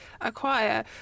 acquire